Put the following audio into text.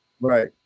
Right